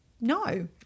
No